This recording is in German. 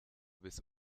bis